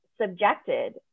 subjected